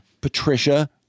Patricia